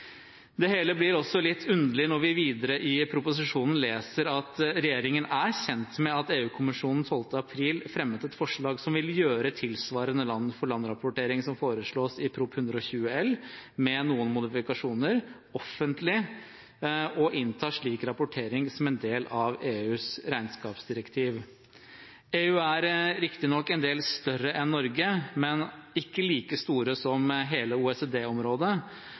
Det hele blir også litt underlig når vi videre i proposisjonen leser at regjeringen er kjent med at EU-kommisjonen den 12. april fremmet et forslag som vil gjøre tilsvarende land-for-land-rapportering som foreslås i Prop. 120 L for 2015‒2016 ‒ med noen modifikasjoner ‒ offentlig og innta slik rapportering som en del av EUs regnskapsdirektiv. EU er riktignok en del større enn Norge, men ikke like stort som hele